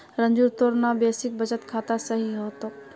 रंजूर तोर ना बेसिक बचत खाता सही रह तोक